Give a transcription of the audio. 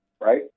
right